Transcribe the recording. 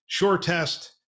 SureTest